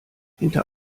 hinter